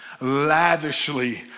lavishly